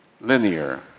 Linear